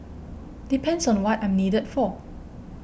depends on what I'm needed for